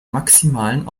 maximalen